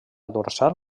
dorsal